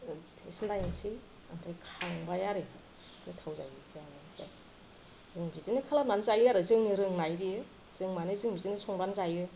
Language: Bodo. टेस्ट नायनोसै ओमफ्राय खांबाय आरो गोथाव जायो बिदियानो जों बिदिनो खालामनानै जायो आरो जोंनि रोंनाय बे माने जों बिदिनो संनानै जायो